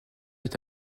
est